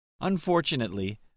Unfortunately